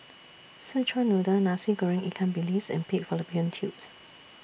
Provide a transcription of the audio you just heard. Szechuan Noodle Nasi Goreng Ikan Bilis and Pig Fallopian Tubes